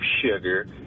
sugar